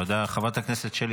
תודה, חברת הכנסת תמנו.